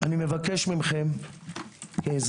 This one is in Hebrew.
אני מבקש מכם כאזרח